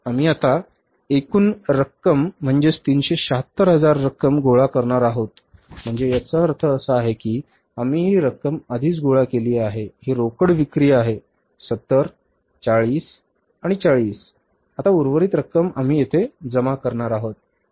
आम्ही आता एकूण रक्कम म्हणजेच 376 हजारांची रक्कम गोळा करणार आहोत म्हणजे याचा अर्थ असा आहे की आम्ही ही रक्कम आधीच गोळा केली आहे ही रोकड विक्री आहे 70 40 40 आणि आता उर्वरित रक्कम आम्ही येथे जमा करणार आहोत